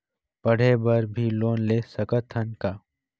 पढ़े बर भी लोन ले सकत हन का?